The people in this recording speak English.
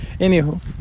Anywho